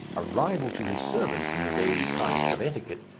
a rival to his servants in the gay science of etiquette,